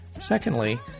Secondly